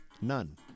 none